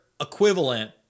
equivalent